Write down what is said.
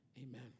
amen